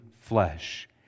flesh